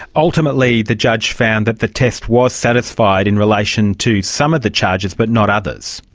ultimately the judge found that the test was satisfied in relation to some of the charges but not others.